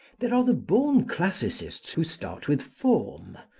there are the born classicists who start with form,